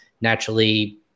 naturally